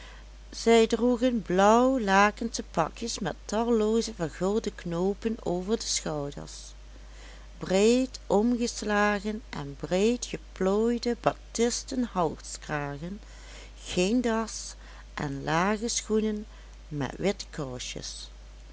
zij droegen blauwlakensche pakjes met tallooze vergulde knoopen over de schouders breed omgeslagen en breed geplooide batisten halskragen geen das en lage schoenen met witte kousjes